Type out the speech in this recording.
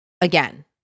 again